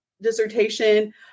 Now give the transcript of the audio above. dissertation